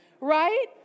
Right